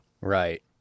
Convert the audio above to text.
Right